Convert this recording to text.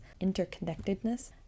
interconnectedness